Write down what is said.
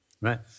Right